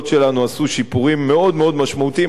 שלנו עשו שיפורים מאוד מאוד משמעותיים.